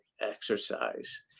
exercise